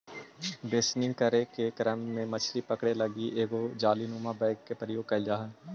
बेसनिंग करे के क्रम में मछली पकड़े लगी एगो जालीनुमा बैग के प्रयोग कैल जा हइ